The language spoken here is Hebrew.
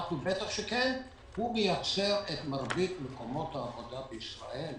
הוא מייצר את מרבית מקומות העבודה בישראל.